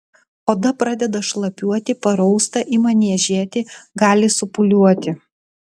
oda pradeda šlapiuoti parausta ima niežėti gali supūliuoti